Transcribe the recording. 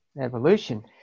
evolution